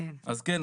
אז כן,